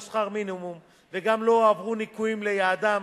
שכר מינימום וגם לא הועברו ניכויים ליעדם,